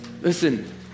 Listen